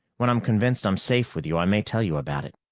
when i'm convinced i'm safe with you, i may tell you about it.